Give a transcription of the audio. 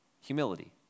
Humility